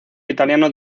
italiano